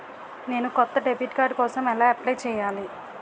నేను కొత్త debit card కోసం ఎలా అప్లయ్ చేయాలి?